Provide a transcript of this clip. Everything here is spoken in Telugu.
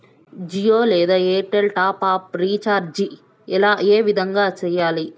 జియో లేదా ఎయిర్టెల్ టాప్ అప్ రీచార్జి ఏ విధంగా సేయాలి